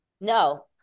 no